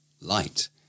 Light